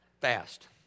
fast